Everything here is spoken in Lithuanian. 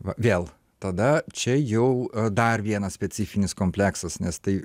va vėl tada čia jau dar vienas specifinis kompleksas nes tai